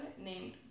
named